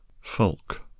FOLK